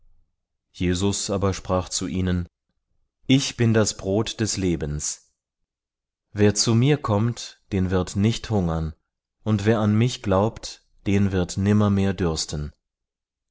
jesus aber sprach zu ihnen ich bin das brot des lebens wer zu mir kommt den wird nicht hungern und wer an mich glaubt den wird nimmermehr dürsten